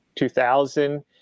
2000